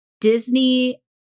Disney